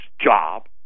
job